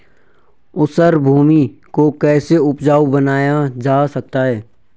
ऊसर भूमि को कैसे उपजाऊ बनाया जा सकता है?